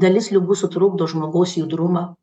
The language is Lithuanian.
dalis ligų sutrukdo žmogaus judrumą